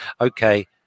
Okay